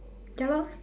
ya lor